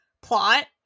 plot